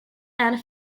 and